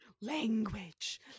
Language